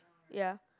ya